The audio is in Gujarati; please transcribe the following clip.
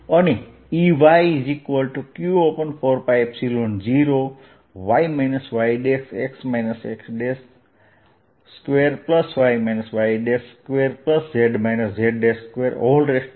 અને Ey q4π0 y yx x2y y2z z232 છે